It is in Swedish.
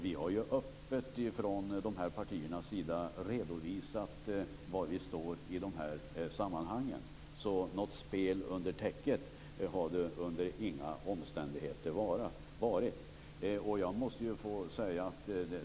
Vi har öppet från dessa partiers sida redovisat var vi står i dessa sammanhang. Något spel under täcket har det under inga omständigheter varit.